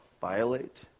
violate